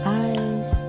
eyes